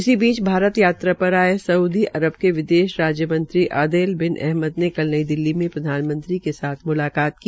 इसी बीच भारत यात्रा पर आए सऊदी अरब के विदेश राज्य मंत्री आदेल बिन अहमद ने कल नई दिल्ली में प्रधानमंत्री के साथ मलाकात की